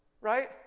right